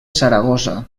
saragossa